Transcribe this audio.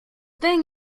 thing